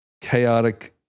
chaotic